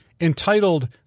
entitled